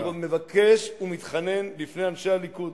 אני מבקש ומתחנן בפני אנשי הליכוד,